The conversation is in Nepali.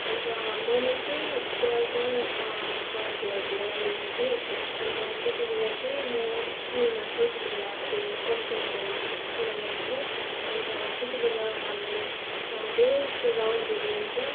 अन्त मैले चाहिँ ज्यादातर कराटेहरूतिर लिएको थिएँ अन्त त्यति बेला चाहिँ म स्कुलमा थिएँ त्यति बेला त्यो कर्सियङको टुर्नामेन्ट थियो अन्त त्यति बेला हाम्रो धेरै जस्तो राउन्डहरू हुन्छ